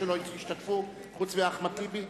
השתתפו חוץ מאחמד טיבי?